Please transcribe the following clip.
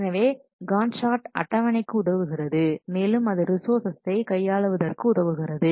எனவே Gantt chart அட்டவணைக்கு உதவுகிறது மேலும் அது ரிசோர்சர்ஸசை கையாளுவதற்கு உதவுகிறது